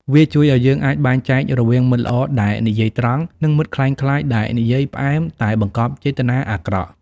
វាជួយឱ្យយើងអាចបែងចែករវាងមិត្តល្អដែលនិយាយត្រង់ និងមិត្តក្លែងក្លាយដែលនិយាយផ្អែមតែបង្កប់ចេតនាអាក្រក់។